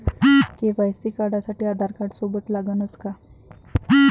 KYC करासाठी आधारकार्ड सोबत लागनच का?